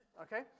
okay